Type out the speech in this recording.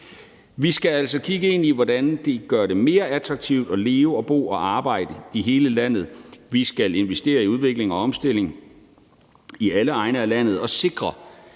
Vi skal altså kigge ind i, hvordan vi gør det mere attraktivt at leve og bo og arbejde i hele landet; vi skal investere i udvikling og omstilling i alle egne af landet og sikre,